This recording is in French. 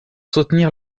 soutenir